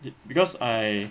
b~ because I